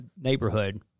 neighborhood